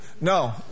No